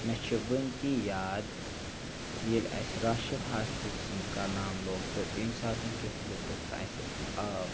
مےٚ چھِ وٕنۍ تہِ یاد ییٚلہِ اَسہِ راشِد حافِظ سُنٛد کلام لوگ تہٕ تیٚمہِ ساتَن کیُتھ لطف اَسہِ آو